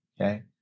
Okay